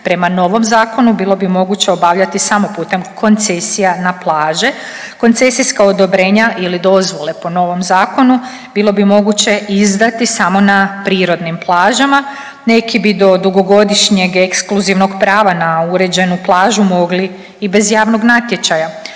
prema novom zakonu bilo bi moguće obavljati samo putem koncesija na plaže. Koncesijska odobrenja ili dozvole, po novom zakonu, bilo bi moguće izdati samo na prirodnim plažama, neki bi do dugogodišnjeg ekskluzivnog prava na uređenu plažu mogli i bez javnog natječaja.